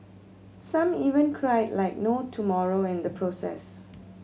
some even cried like no tomorrow in the process